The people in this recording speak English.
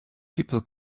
people